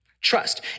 Trust